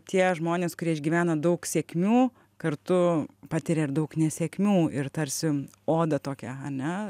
tie žmonės kurie išgyvena daug sėkmių kartu patiria ir daug nesėkmių ir tarsi odą tokia ane